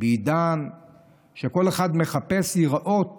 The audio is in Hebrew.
בעידן שכל אחד מחפש להיראות